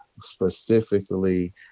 specifically